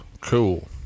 Cool